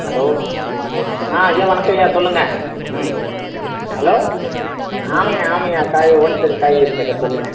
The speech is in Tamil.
ஹலோ ஆ ஐயா வணக்கம் ஐயா சொல்லுங்கள் ம் ஹலோ ஆமாம் ஐயா ஆமாம் ஐயா காய் ஹோல்சேல் காய்கறி கடை சொல்லுங்கள்